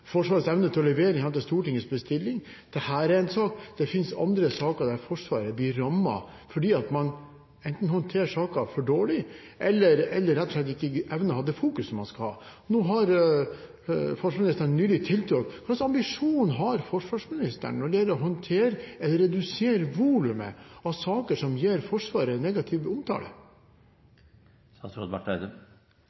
Forsvarets evne til å levere i henhold til Stortingets bestilling. Dette er en sak. Det finnes andre saker der Forsvaret blir rammet fordi man enten håndterer saker for dårlig, eller rett og slett ikke evner å ha det fokuset man skal ha. Nå har forsvarsministeren nylig tiltrådt. Hvilken ambisjon har forsvarsministeren når det gjelder å håndtere eller redusere volumet av saker som gir Forsvaret negativ omtale?